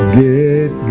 get